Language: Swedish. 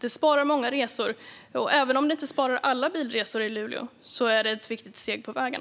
Det sparar många resor, och även om det inte sparar alla bilresor i Luleå är det ett viktigt steg på vägen.